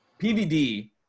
PvD